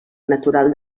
natural